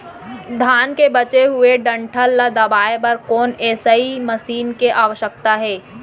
धान के बचे हुए डंठल ल दबाये बर कोन एसई मशीन के आवश्यकता हे?